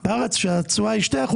בארץ, כשהתשואה היא 2%,